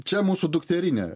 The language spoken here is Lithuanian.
čia mūsų dukterinė